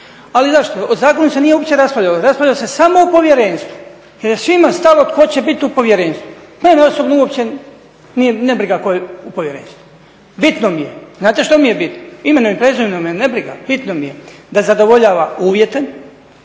razumije./… o zakonu se nije uopće raspravljalo, raspravljalo se samo o povjerenstvu jer je svim stalo tko će biti u povjerenstvu. Mene osobno uopće ne briga tko je u povjerenstvu. Bitno mi je, znate šta mi je bitno? Imenom i prezimenom me ne briga, bitno mi je da zadovoljava uvjete,